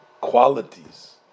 qualities